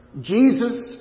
Jesus